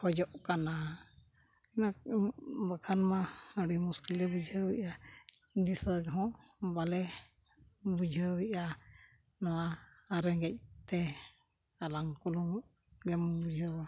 ᱠᱷᱚᱡᱚᱜ ᱠᱟᱱᱟ ᱵᱟᱠᱷᱟᱱ ᱢᱟ ᱟᱹᱰᱤ ᱢᱩᱥᱠᱤᱞᱮ ᱵᱩᱡᱷᱟᱹᱣ ᱮᱫᱟ ᱫᱤᱥᱟᱹ ᱦᱚᱸ ᱵᱟᱞᱮ ᱵᱩᱡᱷᱟᱹᱣ ᱮᱜᱼᱟ ᱱᱚᱣᱟ ᱟᱨ ᱨᱮᱸᱜᱮᱡ ᱛᱮ ᱠᱟᱞᱟᱝ ᱠᱚᱞᱚᱢ ᱜᱮᱢ ᱵᱩᱡᱷᱟᱹᱣᱟ